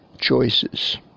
choices